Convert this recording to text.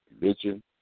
religion